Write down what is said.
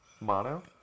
Mono